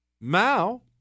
Mao